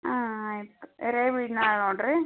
ಹಾಂ ಆಯ್ತು ಹಿರೇಬೀಡ್ನಾಳ್ ನೋಡಿರಿ